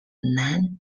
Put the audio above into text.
non